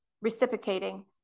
reciprocating